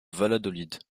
valladolid